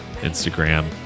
Instagram